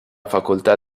facoltà